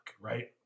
right